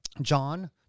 John